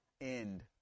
end